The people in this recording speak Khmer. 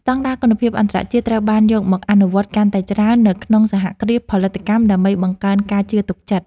ស្តង់ដារគុណភាពអន្តរជាតិត្រូវបានយកមកអនុវត្តកាន់តែច្រើននៅក្នុងសហគ្រាសផលិតកម្ម ដើម្បីបង្កើនការជឿទុកចិត្ត។